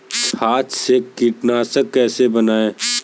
छाछ से कीटनाशक कैसे बनाएँ?